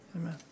Amen